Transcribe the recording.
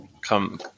come